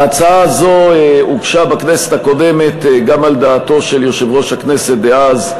ההצעה הזאת הוגשה בכנסת הקודמת גם על דעתו של יושב-ראש הכנסת דאז,